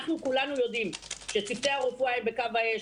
אנחנו כולנו יודעים שצוותי הרפואה הם בקו האש.